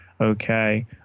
Okay